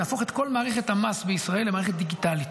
להפוך את כל מערכת המס בישראל למערכת דיגיטלית.